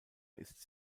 ist